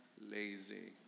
lazy